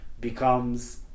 becomes